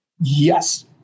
Yes